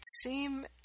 seem